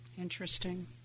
interesting